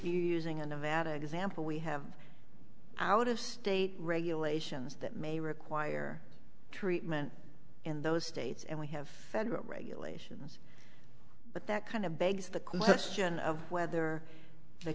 using a nevada example we have out of state regulations that may require treatment in those states and we have federal regulations but that kind of begs the question of whether the